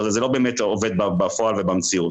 זה לא באמת עובד בפועל ובמציאות.